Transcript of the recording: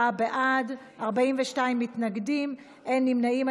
24 בעד, 42 מתנגדים, אין נמנעים.